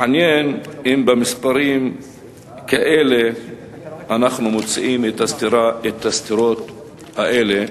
מעניין אם במספרים כאלה אנחנו מוצאים את הסתירות האלה,